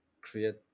create